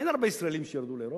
אין הרבה ישראלים שירדו לאירופה.